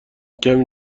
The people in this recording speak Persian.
کمی